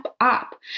up